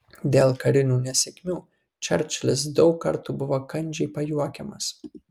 dėl karinių nesėkmių čerčilis daug kartų buvo kandžiai pajuokiamas